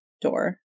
door